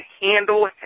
handle